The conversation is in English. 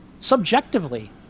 subjectively